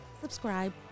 subscribe